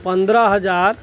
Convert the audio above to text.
पन्द्रह हजार